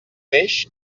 peix